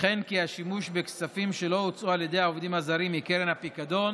וכן כי השימוש בכספים שלא הוצאו על ידי העובדים הזרים מקרן הפיקדון